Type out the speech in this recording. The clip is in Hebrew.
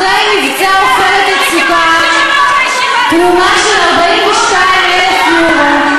אחרי מבצע "עופרת יצוקה" תרומה של 42,000 יורו,